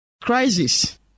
crisis